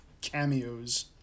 cameos